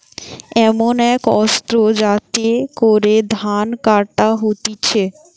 এমন এক অস্ত্র যাতে করে ধান কাটা হতিছে